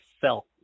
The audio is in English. felt